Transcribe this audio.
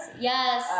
yes